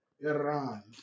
iran